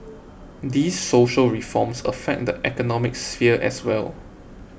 these social reforms affect the economic sphere as well